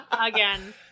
again